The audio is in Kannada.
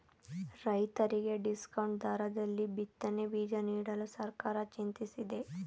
ರೈತರಿಗೆ ಡಿಸ್ಕೌಂಟ್ ದರದಲ್ಲಿ ಬಿತ್ತನೆ ಬೀಜ ನೀಡಲು ಸರ್ಕಾರ ಚಿಂತಿಸಿದೆ